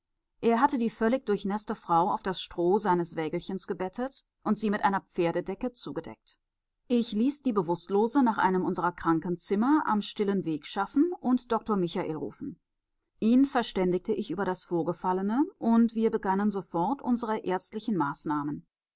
er hatte die völlig durchnäßte frau auf das stroh seines wägelchens gebettet und sie mit einer pferdedecke zugedeckt ich ließ die bewußtlose nach einem unserer krankenzimmer am stillen weg schaffen und dr michael rufen ihn verständigte ich über das vorgefallene und wir begannen sofort unsere ärztlichen maßnahmen